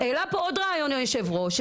העלה פה עוד רעיון היושב ראש,